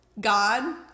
God